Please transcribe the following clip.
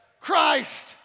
Christ